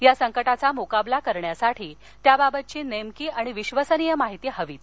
या संकटाचा मुकाबला करण्यासाठी त्या बाबतची नेमकी आणि विश्वसनीय माहिती हवीच